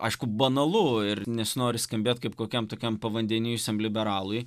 aišku banalu ir nesinori skambėt kaip kokiam tokiam pavandenijusiam liberalui